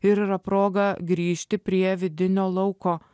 ir yra proga grįžti prie vidinio lauko